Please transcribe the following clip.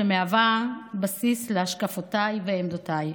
שמהווה בסיס להשקפותיי ועמדותיי.